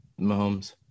Mahomes